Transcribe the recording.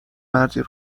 مردی